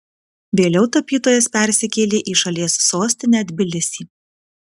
vėliau tapytojas persikėlė į šalies sostinę tbilisį